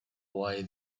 why